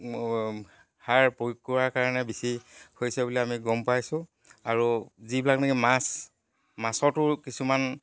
সাৰ প্ৰয়োগ কৰাৰ কাৰণে বেছি হৈছে বুলি আমি গম পাইছোঁ আৰু যিবিলাক নেকি মাছ মাছতো কিছুমান